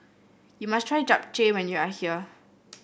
you must try Japchae when you are here